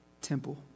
temple